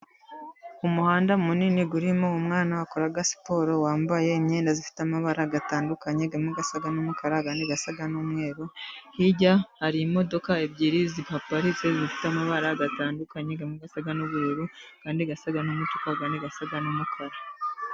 Umuhanda munini urimo umwana wakoraga siporo wambaye imyenda ifite amabara atandukanyemo imwe isa n'umukarara, indi isa n'umweru. Hirya harimo imodoka ebyiri zihaparitse zifite amabara atandukanye imwe isa n'ubururu indi isa n'umutuku indi isa n'umukara.